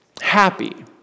Happy